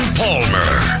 palmer